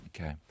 Okay